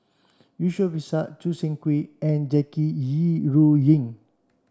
Yusof Ishak Choo Seng Quee and Jackie Yi Ru Ying